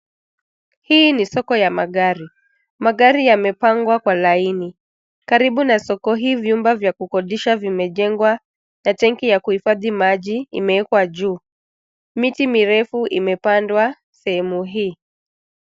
Hii ni soko ya magari. Magari yamepangwa kwa laini, karibu na soko hii vyumba vya kukodisha vimejengwa na tenki ya kuhifadhi maji imewekwa juu. Miti mirefu imepandwa sehemu hii.